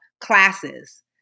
classes